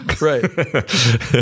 Right